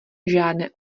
žádné